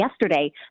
yesterday